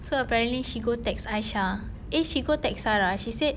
so apparently she go text aisha eh she go text sarah she said